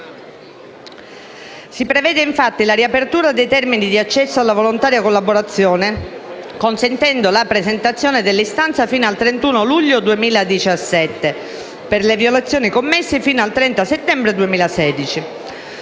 Si prevede infatti la riapertura dei termini di accesso alla volontaria collaborazione, consentendo la presentazione dell'istanza fino al 31 luglio 2017 per le violazioni commesse fino al 30 settembre 2016.